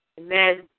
Amen